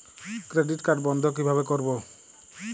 Credit card বন্ধ কিভাবে করবো?